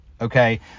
Okay